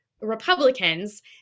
Republicans